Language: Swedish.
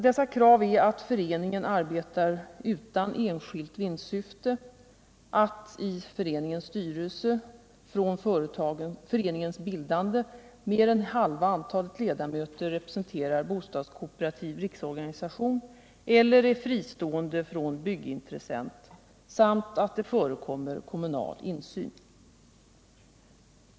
Dessa krav är att föreningen arbetar utan enskilt vinstsyfte, att i föreningens styrelse från föreningens bildande mer än halva antalet ledamöter representerar bostads kooperativ riksorganisation eller är fristående från byggintressent samt att det förekommer kommunal insyn.